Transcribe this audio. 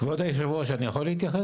כבוד יושב הראש, אני יכול להתייחס?